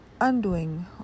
undoing